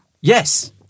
Yes